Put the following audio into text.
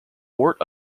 fort